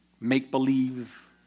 make-believe